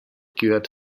gehört